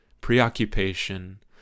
preoccupation